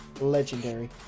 legendary